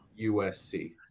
USC